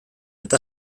eta